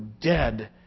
dead